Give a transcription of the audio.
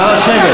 נא לשבת.